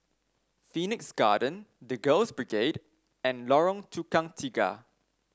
Phoenix Garden The Girls Brigade and Lorong Tukang Tiga